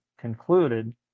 concluded